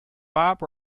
bob